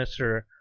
Mr